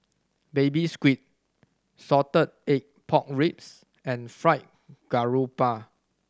Baby Squid salted egg pork ribs and Fried Garoupa